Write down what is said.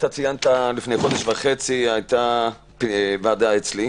לפני חודש וחצי הייתה ועדה אצלי.